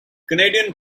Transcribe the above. canadian